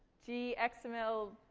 gxml.